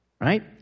right